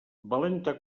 valenta